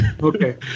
Okay